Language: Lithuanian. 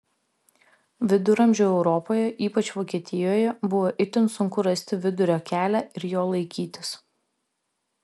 viduramžių europoje ypač vokietijoje buvo itin sunku rasti vidurio kelią ir jo laikytis